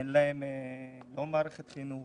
אין להם לא מערכת חינוך,